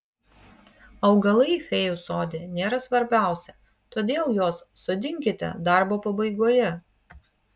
augalai fėjų sode nėra svarbiausi todėl juos sodinkite darbo pabaigoje